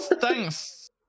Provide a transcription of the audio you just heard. thanks